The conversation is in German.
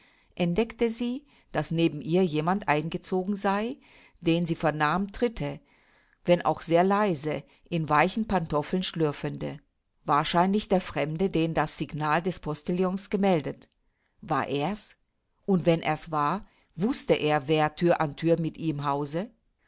entdeckte sie daß neben ihr jemand eingezogen sei denn sie vernahm tritte wenn auch sehr leise in weichen pantoffeln schlürfende wahrscheinlich der fremde den das signal des postillons gemeldet war er's und wenn er's war wußte er wer thür an thür mit ihm hause